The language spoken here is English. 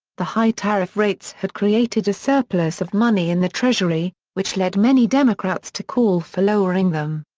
the high tariff rates had created a surplus of money in the treasury, which led many democrats to call for lowering them.